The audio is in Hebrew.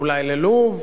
אולי ללוב,